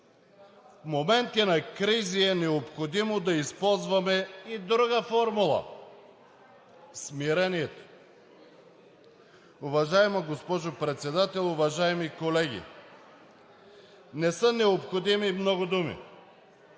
В моменти на кризи е необходимо да използваме и друга формула: смирението. Уважаема госпожо Председател, уважаеми колеги! Не са необходими много думи.